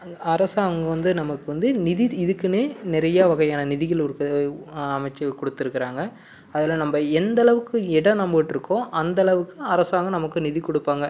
அரசாங்கம் வந்து நமக்கு வந்து நிதி இதுக்குன்னே நிறையா வகையான நிதிகள் இருக்குது அமைச்சி கொடுத்துருக்குறாங்க அதில் நம்ம எந்த அளவுக்கு இடம் நம்மக்கிட்டே இருக்கோ அந்த அளவுக்கு அரசாங்கம் நமக்கு நிதி கொடுப்பாங்க